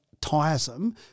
tiresome